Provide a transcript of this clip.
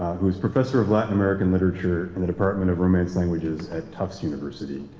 who is professor of latin american literature in the department of romance languages at tufts university,